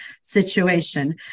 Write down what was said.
situation